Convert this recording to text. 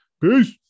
peace